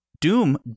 Doom